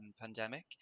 pandemic